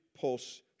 pulse